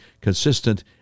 consistent